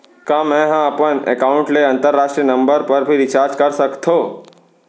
का मै ह अपन एकाउंट ले अंतरराष्ट्रीय नंबर पर भी रिचार्ज कर सकथो